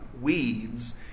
weeds